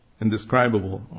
Indescribable